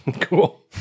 Cool